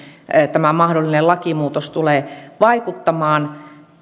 tämä mahdollinen lakimuutos tulee vaikuttamaan